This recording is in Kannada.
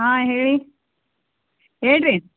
ಹಾಂ ಹೇಳಿ ಹೇಳ್ರೀ